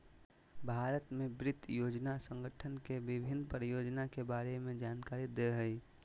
भारत में वित्त योजना संगठन के विभिन्न परियोजना के बारे में जानकारी दे हइ